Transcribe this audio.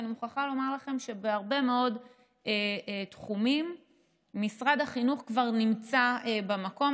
ואני מוכרחה לומר לכם שבהרבה מאוד תחומים משרד החינוך כבר נמצא במקום